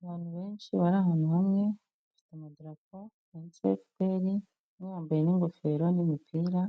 Abantu benshi bari ahantu hamwe, bafite amadrapo yanditseho FPR, umwe yambaye n'ingofero n'imipira